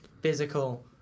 physical